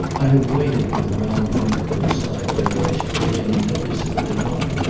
i have waited for the round number to decide whether i should take any notice of it or not?